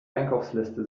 einkaufsliste